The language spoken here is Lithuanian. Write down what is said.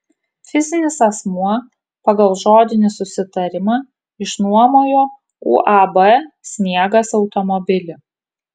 fizinis asmuo pagal žodinį susitarimą išnuomojo uab sniegas automobilį